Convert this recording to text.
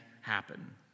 happen